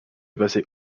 passer